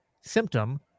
symptom